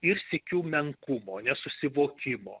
ir sykiu menkumo nesusivokimo